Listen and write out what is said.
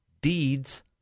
deeds